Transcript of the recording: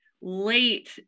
late